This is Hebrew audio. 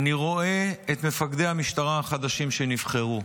אני רואה את מפקדי המשטרה החדשים שנבחרו.